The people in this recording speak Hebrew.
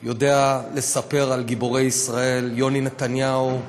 יודע לספר על גיבורי ישראל, יוני נתניהו,